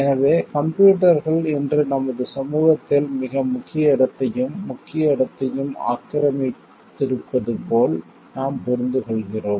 எனவே கம்ப்யூட்டர்கள் இன்று நமது சமூகத்தில் மிக முக்கிய இடத்தையும் முக்கிய இடத்தையும் ஆக்கிரமித்திருப்பது போல் நாம் புரிந்துகொள்கிறோம்